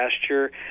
pasture